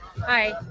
Hi